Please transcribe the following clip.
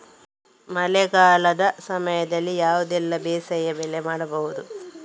ಮಳೆಗಾಲದ ಸಮಯದಲ್ಲಿ ಯಾವುದೆಲ್ಲ ಬೇಸಾಯ ಬೆಳೆ ಮಾಡಬಹುದು?